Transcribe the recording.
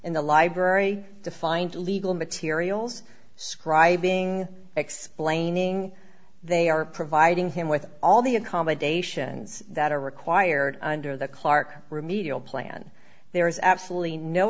in the library to find legal materials scribing explaining they are providing him with all the accommodations that are required under the clarke remedial plan there is absolutely no